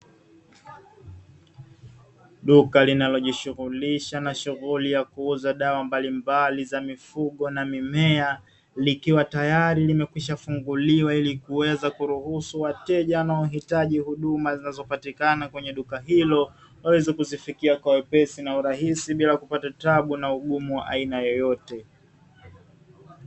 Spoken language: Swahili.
Duka linalojishughulisha na shughuli za kuuza dawa mbalimbali za mifugo na mimea likiwa tayari limekwishafunguliwa, ili kuweza kuruhusu wateja wanaohitaji huduma zinazopatikana kwenye duka hilo waweze kuzifikia kwa wepesi na urahisi bila kupata tabu na ugumu wa aina yoyote.